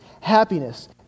happiness